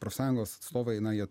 profsąjungos atstovai na jie